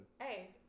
Hey